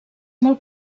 molt